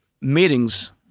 meetings